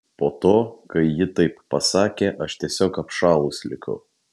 po to kai ji taip pasakė aš tiesiog apšalus likau